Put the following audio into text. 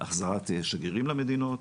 החזרת שגרירים למדינות.